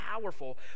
powerful